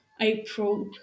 April